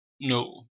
no